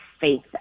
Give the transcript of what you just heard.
faith